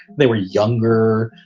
they were younger.